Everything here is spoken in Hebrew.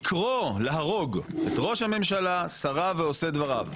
לקרוא להרוג את ראש הממשלה, שריו ועושי דבריו.